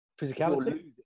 physicality